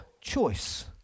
choice